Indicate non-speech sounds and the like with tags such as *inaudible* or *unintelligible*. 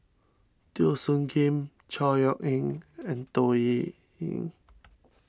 Teo Soon Kim Chor Yeok Eng and Toh *unintelligible*